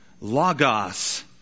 Logos